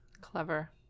Clever